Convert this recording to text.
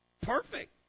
Perfect